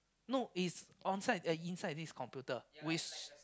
no it's on side inside this computer which